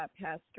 Pastor